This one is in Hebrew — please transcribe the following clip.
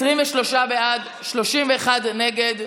23 בעד, 31 נגד,